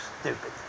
stupid